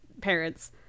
parents